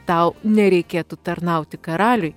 tau nereikėtų tarnauti karaliui